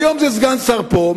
היום זה סגן שר פה,